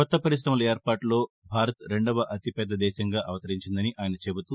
కొత్త పరిశమల ఏర్పాటులో భారత్ రెండవ అతి పెద్ద దేశంగా అవతరించిందని ఆయన చెబుతూ